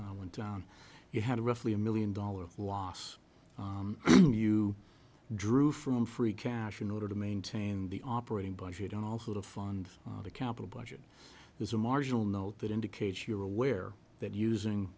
went down you had roughly a million dollar loss you drew from free cash in order to maintain the operating budget and also to fund the capital budget is a marginal note that indicates you're aware that using